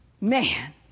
man